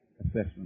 assessment